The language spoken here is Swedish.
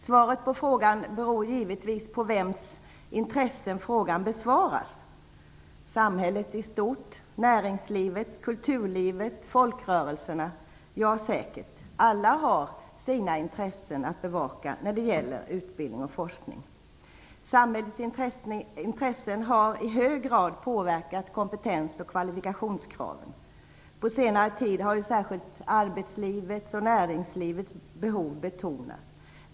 Svaret på frågan beror givetvis på i vems intresse frågan besvaras. Samhället i stort, näringslivet, kulturlivet, folkrörelserna - alla har säkert sina intressen att bevaka när det gäller utbildning och forskning. Samhällsintressen har i hög grad påverkat kompetens och kvalifikationskrav. På senare tid har särskilt arbetslivets och näringslivets behov betonats.